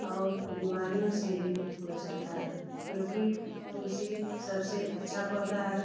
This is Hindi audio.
और बीमारियों से भी बचाता है क्योंकि तुलसी सबसे अच्छा पौधा है